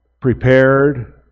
Prepared